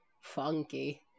funky